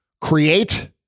create